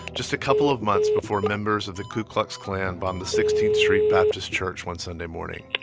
just a couple of months before members of the ku klux klan bombed the sixteenth street baptist church one sunday morning,